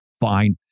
fine